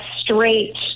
straight